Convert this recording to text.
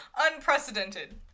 Unprecedented